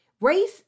Race